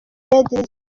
n’izindi